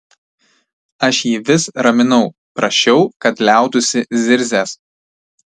aš jį vis raminau prašiau kad liautųsi zirzęs